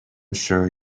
sure